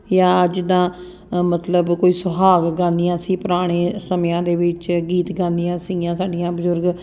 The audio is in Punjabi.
ਜਾਂ ਅੱਜ ਦਾ ਮਤਲਬ ਕੋਈ ਸੁਹਾਗ ਗਾਉਂਦੀਆਂ ਅਸੀਂ ਪੁਰਾਣੇ ਸਮਿਆਂ ਦੇ ਵਿੱਚ ਗੀਤ ਗਾਉਂਦੀਆਂ ਸੀਗੀਆਂ ਸਾਡੀਆਂ ਬਜ਼ੁਰਗ